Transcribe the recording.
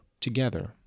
together